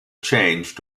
change